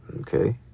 okay